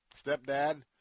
stepdad